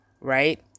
right